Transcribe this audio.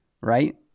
right